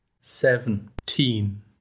seventeen